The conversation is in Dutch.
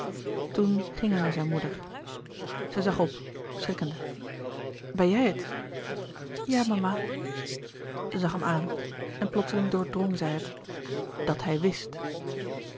toen ging hij naar zijn moeder louis couperus de boeken der kleine zielen zij zag op schrikkende ben jij het ja mama zij zag hem aan en plotseling doordrong zij het d at h i